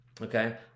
Okay